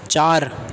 چار